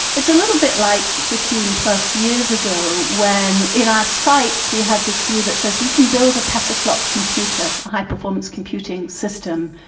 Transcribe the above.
it's a little bit like fifteen plus years ago when in our sights we had this view that says we can build a petaflop computer, a high-performance computing system,